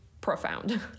profound